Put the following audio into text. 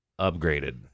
upgraded